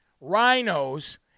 rhinos